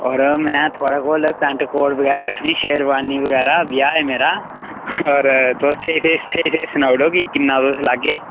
होर में थोआढ़े कोल पैंट कोट बगैरा रक्खनी शेरवानी बगैरा ब्याह् ऐ मेरा होर तुस स्हेई स्हेई स्हेई स्हेई सनाई ओड़ो कि किन्ना तुस लागे